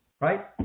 right